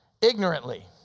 Ignorantly